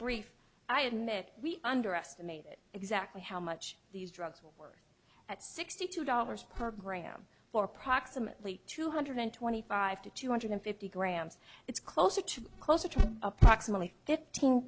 brief i admit we underestimated exactly how much these drugs were at sixty two dollars per gram for approximately two hundred twenty five to two hundred fifty grams it's closer to closer to approximately fifteen